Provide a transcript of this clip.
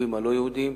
מהיישובים הלא-יהודיים.